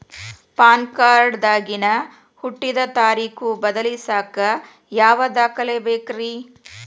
PAN card ದಾಗಿನ ಹುಟ್ಟಿದ ತಾರೇಖು ಬದಲಿಸಾಕ್ ಯಾವ ದಾಖಲೆ ಬೇಕ್ರಿ?